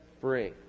free